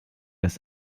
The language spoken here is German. des